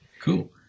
Cool